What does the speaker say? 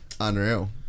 Unreal